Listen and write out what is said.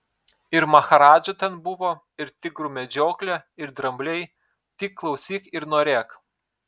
ir maharadža ten buvo ir tigrų medžioklė ir drambliai tik klausyk ir norėk